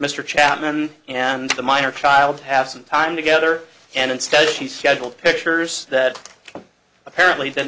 mr chapman and the minor child hasn't time together and instead she scheduled pictures that apparently didn't